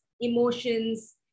emotions